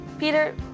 Peter